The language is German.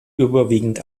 überwiegend